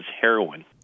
heroin